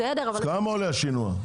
כמה עולה השינוע?